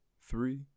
three